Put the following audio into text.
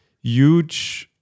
huge